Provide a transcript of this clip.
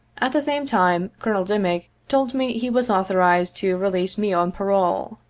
at the same time col. dimick told me he was authorized to re lease me on parole.